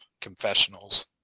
confessionals